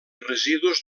residus